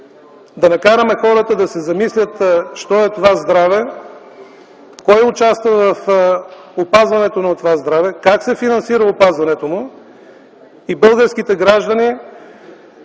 да накараме хората да се замислят: що е това здраве, кой участва в опазването на това здраве, как се финансира опазването му и българските граждани